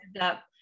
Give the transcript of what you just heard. up